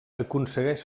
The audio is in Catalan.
aconsegueix